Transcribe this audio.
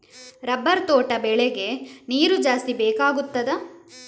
Rubber ತೋಟ ಬೆಳೆಗೆ ನೀರು ಜಾಸ್ತಿ ಬೇಕಾಗುತ್ತದಾ?